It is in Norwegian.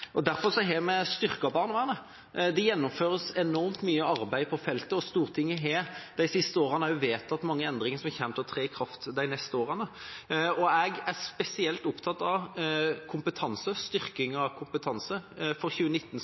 fortjener. Derfor har vi styrket barnevernet. Det gjennomføres enormt mye arbeid på feltet, og Stortinget har de siste årene også vedtatt mange endringer som kommer til å tre i kraft de neste årene: Jeg er spesielt opptatt av kompetanse, styrking av kompetanse. For 2019